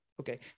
Okay